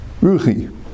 Ruchi